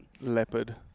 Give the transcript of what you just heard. leopard